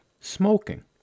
smoking